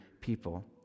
people